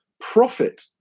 profit